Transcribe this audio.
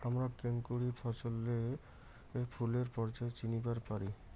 হামরা কেঙকরি ফছলে ফুলের পর্যায় চিনিবার পারি?